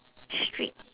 strict